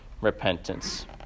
repentance